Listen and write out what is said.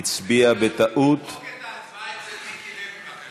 הצביע בטעות, תמחק את ההצבעה אצל מיקי לוי, בבקשה.